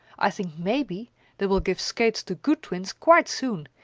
i think maybe they will give skates to good twins quite soon,